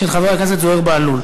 של חבר הכנסת זוהיר בהלול,